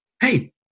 Hey